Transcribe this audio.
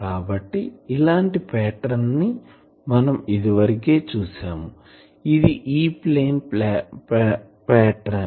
కాబట్టి ఇలాంటి పాటర్న్ ని మనం ఇదివరకే చూసాంఇది E ప్లేన్ పాటర్న్